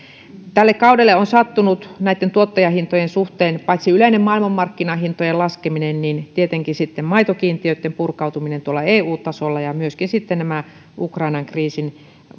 tälle kaudelle on sattunut näitten tuottajahintojen suhteen paitsi yleinen maailmanmarkkinahintojen laskeminen myös tietenkin maitokiintiöitten purkautuminen tuolla eu tasolla ja myöskin sitten nämä ukrainan kriisin